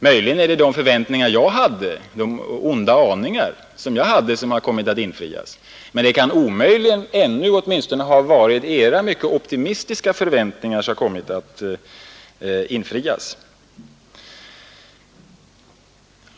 Möjligen är det de förväntningar — eller onda aningar — jag hade, men det kan omöjligen vara era mycket optimistiska förväntningar som infriats.